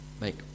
make